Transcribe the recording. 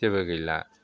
जेबो गैला